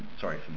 sorry